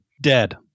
Dead